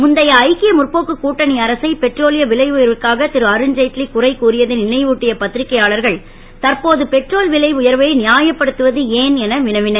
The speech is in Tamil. முந்தைய ஐக்கிய முற்போக்கு கூட்டணி அரசை பெட்ரோலிய விலை உயர்விற்காக ரு அருண் ஜெட்லி குறை கூறியதை னைவுட்டிய பத் ரிக்கையாளர்கள் தற்போது பெட்ரேல் விலை உயர்வை யாயப்படுத்துவது ஏன் என வினவினர்